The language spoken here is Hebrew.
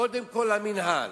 קודם כול למינהל,